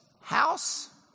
house